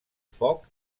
foc